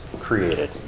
created